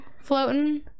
floating